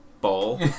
ball